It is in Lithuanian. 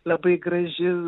labai graži